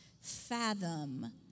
fathom